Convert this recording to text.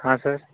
हाँ सर